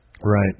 Right